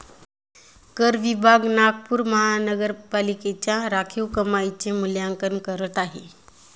कर विभाग नागपूर महानगरपालिकेच्या राखीव कमाईचे मूल्यांकन करत आहे